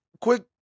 quick